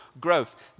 growth